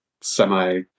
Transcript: semi